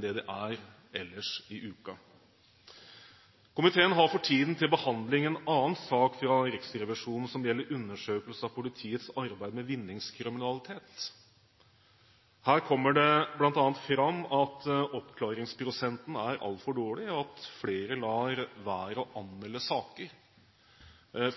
det den er ellers i uka. Komiteen har for tiden til behandling en annen sak fra Riksrevisjonen, som gjelder undersøkelse av politiets arbeid med vinningskriminalitet. Her kommer det bl.a. fram at oppklaringsprosenten er altfor dårlig, og at flere lar være å anmelde saker,